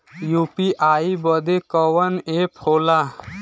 UPI बदे कवन app होला?